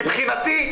מבחינתי,